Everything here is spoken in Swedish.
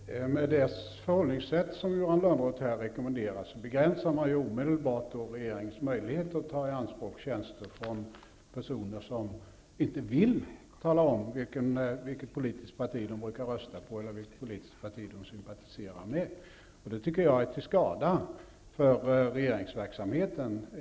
Fru talman! Med det förhållningssätt som Johan Lönnroth rekommenderar begränsar man regeringens möjligheter att ta i anspråk tjänster från personer som inte vill tala om vilket politiskt parti de sympatiserar med eller brukar rösta på. Det tycker jag vore till skada för regeringsverksamheten.